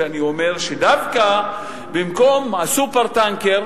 ואני אומר שדווקא במקום ה"סופר-טנקר",